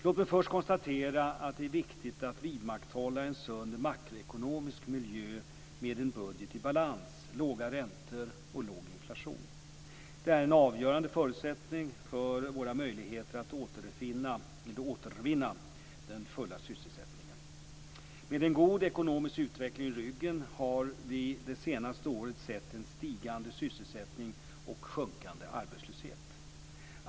Låt mig först konstatera att det är viktigt att vidmakthålla en sund makroekonomisk miljö med en budget i balans, låga räntor och låg inflation. Det är en avgörande förutsättning för våra möjligheter att återvinna den fulla sysselsättningen. Med en god ekonomisk utveckling i ryggen har vi det senaste året sett en stigande sysselsättning och en sjunkande arbetslöshet.